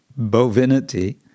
bovinity